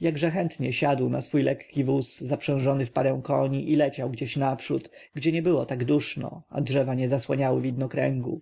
jakżeby chętnie siadł na swój lekki wóz zaprzężony w parę koni i leciał gdzieś naprzód gdzie nie było tak duszno a drzewa nie zasłaniały widnokręgu